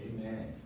Amen